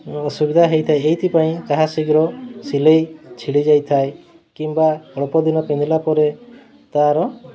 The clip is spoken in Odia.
ଅସୁବିଧା ହେଇଥାଏ ହେଇଥିପାଇଁ ତାହା ଶୀଘ୍ର ସିଲେଇ ଛିଡ଼ି ଯାଇଥାଏ କିମ୍ବା ଅଳ୍ପଦିନ ପିନ୍ଧିଲା ପରେ ତା'ର